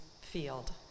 field